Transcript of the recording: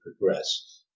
progress